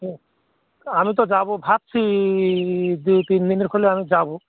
হুম আমি তো যাব ভাবছি দুই তিন দিনের খোলে আমি যাবো